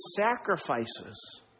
sacrifices